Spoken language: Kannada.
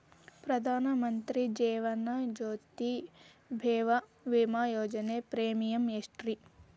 ಪ್ರಧಾನ ಮಂತ್ರಿ ಜೇವನ ಜ್ಯೋತಿ ಭೇಮಾ, ವಿಮಾ ಯೋಜನೆ ಪ್ರೇಮಿಯಂ ಎಷ್ಟ್ರಿ?